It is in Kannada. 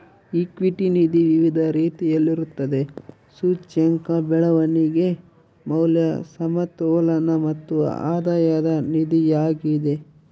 ಈಕ್ವಿಟಿ ನಿಧಿ ವಿವಿಧ ರೀತಿಯಲ್ಲಿರುತ್ತದೆ, ಸೂಚ್ಯಂಕ, ಬೆಳವಣಿಗೆ, ಮೌಲ್ಯ, ಸಮತೋಲನ ಮತ್ತು ಆಧಾಯದ ನಿಧಿಯಾಗಿದೆ